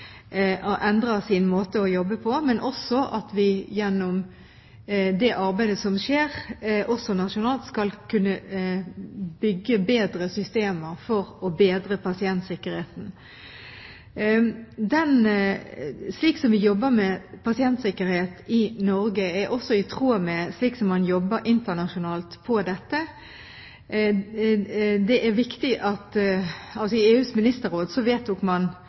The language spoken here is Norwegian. endrer sin måte å jobbe på, men det er også viktig at vi gjennom det arbeidet som skjer, også nasjonalt, kan bygge bedre systemer for å bedre pasientsikkerheten. Måten vi jobber med pasientsikkerhet på i Norge, er også i tråd med hvordan man jobber internasjonalt med dette. I EUs ministerråd